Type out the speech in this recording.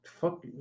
Fuck